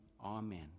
amen